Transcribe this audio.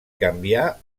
canviar